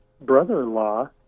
brother-in-law